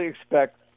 expect